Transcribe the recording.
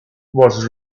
was